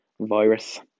Virus